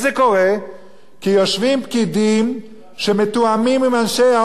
כי יושבים פקידים שמתואמים עם אנשי ההון והשלטון,